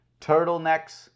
Turtlenecks